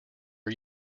are